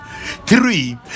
Three